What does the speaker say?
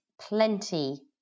plenty